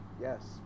yes